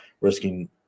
risking